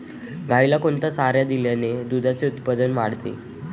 गाईला कोणता चारा दिल्याने दुधाचे उत्पन्न वाढते?